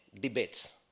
debates